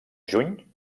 juny